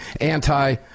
anti